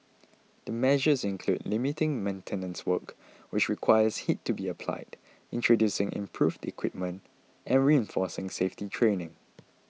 the measures include limiting maintenance work which requires heat to be applied introducing improved equipment and reinforcing safety training